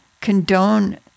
condone